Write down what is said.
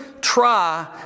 try